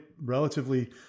relatively